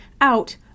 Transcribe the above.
out